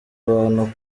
abantu